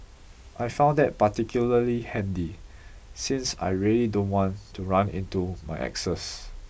I found that particularly handy since I really don't want to run into my exes